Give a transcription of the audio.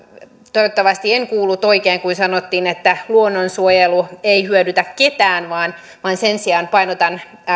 toivottavasti en kuullut oikein kun sanottiin että luonnonsuojelu ei hyödytä ketään sen sijaan painotan